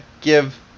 give